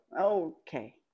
Okay